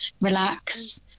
relax